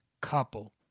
couple